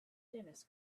dennis